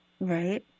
right